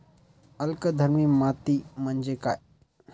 अल्कधर्मी माती म्हणजे काय?